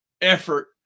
effort